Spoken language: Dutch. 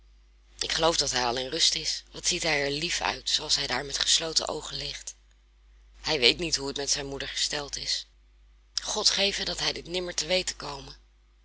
ik geloof dat hij al in de rust is wat ziet hij er lief uit zooals hij daar met gesloten oogen ligt hij weet niet hoe het met zijn moeder gesteld is god geve dat hij dit nimmer te weten kome